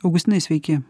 augustinai sveiki